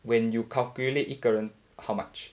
when you calculate 一个人 how much